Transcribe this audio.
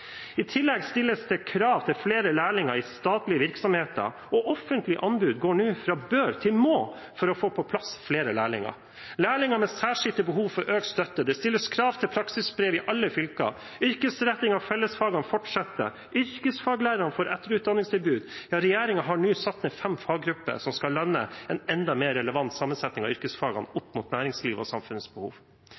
I tillegg stilles det krav til flere lærlinger i statlige virksomheter, og offentlige anbud går nå fra bør til må for å få på plass flere lærlinger. Lærlinger med særskilte behov får økt støtte. Det stilles krav til praksisbrev i alle fylker. Yrkesretting av fellesfagene fortsetter. Yrkesfaglærerne får etterutdanningstilbud. Ja, regjeringen har nå satt ned fem faggrupper som skal lande en enda mer relevant sammensetting av yrkesfagene opp mot næringslivet og samfunnets behov.